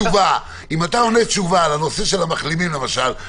אם אתה עונה תשובה על הנושא של המחלימים למשל,